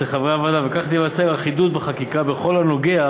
חברי הוועדה וכך תיווצר אחידות בחקיקה בכל הנוגע